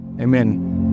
amen